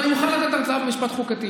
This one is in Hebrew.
אני מוכן לתת הרצאה במשפט חוקתי.